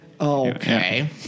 Okay